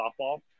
softball